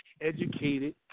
educated